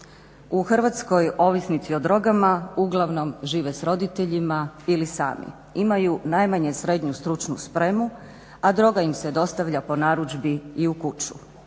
U Hrvatskoj ovisnici o drogama uglavnom žive s roditeljima ili sami, imaju najmanje SSS, a droga im se dostavlja po narudžbi i u kuću,